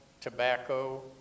tobacco